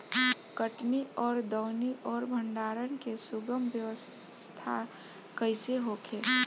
कटनी और दौनी और भंडारण के सुगम व्यवस्था कईसे होखे?